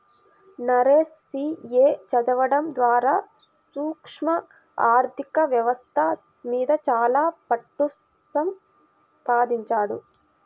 Naresh CA చదవడం ద్వారా సూక్ష్మ ఆర్ధిక వ్యవస్థ మీద చాలా పట్టుసంపాదించాడు